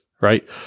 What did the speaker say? right